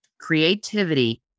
creativity